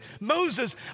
Moses